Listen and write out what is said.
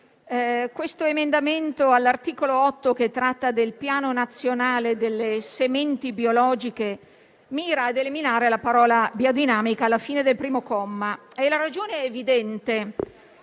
questo emendamento all'articolo 8, che tratta del Piano nazionale delle sementi biologiche, mira ad eliminare la parola «biodinamica» alla fine del primo comma e la ragione è evidente: